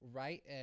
right